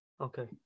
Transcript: Okay